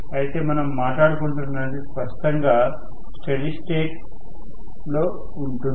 అయితే మనం మాట్లాడుకుంటున్నది స్పష్టంగా స్టీడి స్టేట్ లో ఉంటుంది